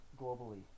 globally